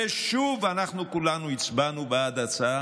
ושוב אנחנו כולנו הצבענו בעד ההצעה,